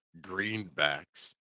greenbacks